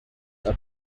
are